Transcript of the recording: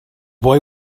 boy